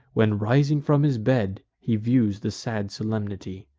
when, rising from his bed, he views the sad solemnity!